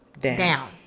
Down